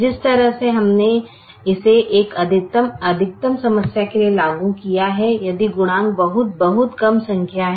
जिस तरह से हमने इसे एक अधिकतम समस्या के लिए लागू किया है यदि गुणांक बहुत बहुत कम संख्या है